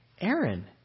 Aaron